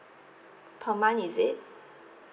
per month is it